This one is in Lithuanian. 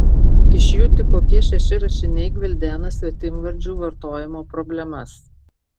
iš jų tik kokie šeši rašiniai gvildena svetimvardžių vartojimo problemas